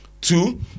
Two